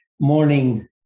morning